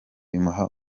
bimuha